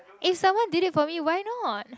if someone did it for me why not